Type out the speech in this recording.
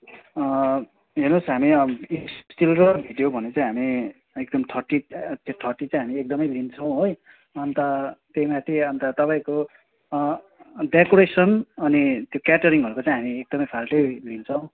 हेर्नुहोस् न हामी स्टिल र भिडियो भने चाहिँ हामी एकदम थर्ट्टी थर्ट्टी चाहिँ हामी एकदमै लिन्छौँ है अन्त त्यही माथि अन्त तपाईँको डेकोरेसन अनि त्यो क्याटेरिङहरूको चाहिँ हामी एकदमै फाल्टै लिन्छौँ